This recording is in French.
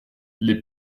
les